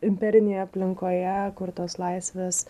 imperinėje aplinkoje kur tos laisvės